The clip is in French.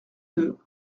deux